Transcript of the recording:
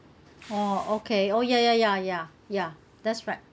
oh okay oh ya ya ya ya ya that's right